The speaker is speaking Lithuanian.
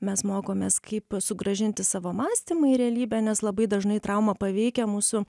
mes mokomės kaip sugrąžinti savo mąstymą į realybę nes labai dažnai trauma paveikia mūsų